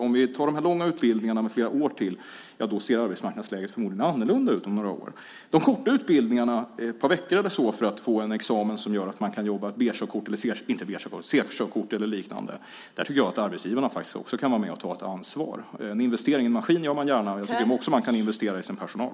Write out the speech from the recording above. Om vi tar de långa utbildningarna med flera år till - ja, arbetsmarknadsläget ser förmodligen annorlunda ut om några år. När det gäller de korta utbildningarna, ett par veckor eller så, för att få en examen som gör att man kan jobba - C-körkort eller liknande - tycker jag att arbetsgivarna faktiskt också kan vara med och ta ett ansvar. En investering i en maskin gör man gärna, men jag tycker att man också kan investera i sin personal.